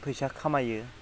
फैसा खामायो